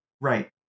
Right